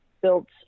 built